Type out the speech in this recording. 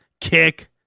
Kick